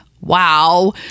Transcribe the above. Wow